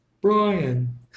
Brian